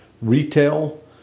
Retail